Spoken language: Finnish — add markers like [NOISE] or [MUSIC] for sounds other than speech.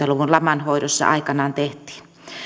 [UNINTELLIGIBLE] luvun laman hoidossa aikanaan tehtiin